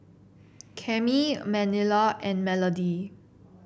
Cami Manilla and Melodie